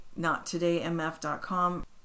nottodaymf.com